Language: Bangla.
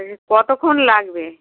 আছ কতক্ষণ লাগবে